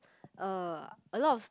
uh a lot of s~